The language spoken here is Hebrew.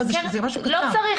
אני רק רוצה לספר לוועדה --- לא,